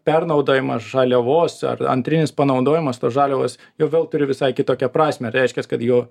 pernaudojimas žaliavos ar antrinis panaudojimas tos žaliavos jau vėl turi visai kitokią prasmę reiškias kad jo